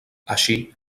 així